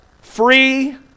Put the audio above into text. free